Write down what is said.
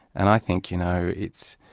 and i think, you know, it's,